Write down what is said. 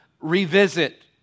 revisit